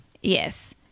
Yes